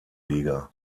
liga